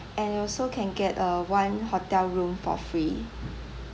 and also can get uh one hotel room for free